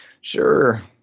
sure